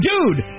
Dude